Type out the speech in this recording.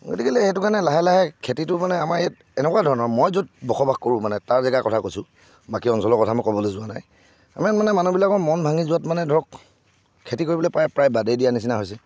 গতিকেলৈ সেইটো কাৰণে লাহে লাহে খেতিটো মানে আমাৰ ইয়াত এনেকুৱা ধৰণৰ মই য'ত বসবাস কৰোঁ মানে তাৰ জেগাৰ কথা কৈছোঁ বাকী অঞ্চলৰ কথা মই ক'বলৈ যোৱা নাই আমাৰ ইয়াত মানে মানুহবিলাকৰ মন ভাঙি যোৱাত মানে ধৰক খেতি কৰিবলৈ প্ৰায় প্ৰায় বাদেই দিয়া নিচিনা হৈছে